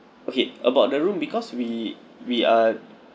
okay about the room because we we are